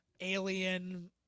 alien